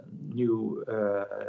new